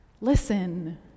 Listen